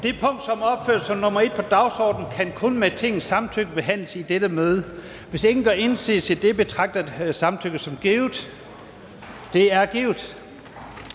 Det punkt, som er opført som nr. 1 på dagsordenen, kan kun med Tingets samtykke behandles i dette møde. Hvis ingen gør indsigelse, betragter jeg samtykket som givet. Det er givet.